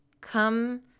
come